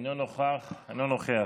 אינו נוכח.